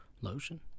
Lotion